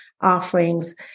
offerings